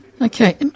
Okay